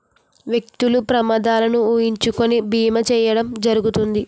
వ్యక్తులు ప్రమాదాలను ఊహించుకొని బీమా చేయడం జరుగుతుంది